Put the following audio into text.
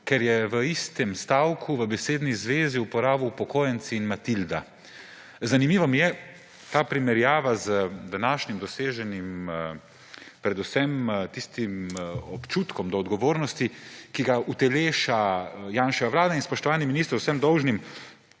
ker je v istem stavku, v besedni zvezi uporabil besedi upokojenci in matilda. Zanimiva mi je ta primerjava z današnjim doseženim občutkom za odgovornost, ki ga uteleša Janševa vlada. Spoštovani minister, z vsem dolžnim